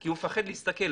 כי הוא מפחד להסתכל,